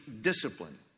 discipline